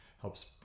helps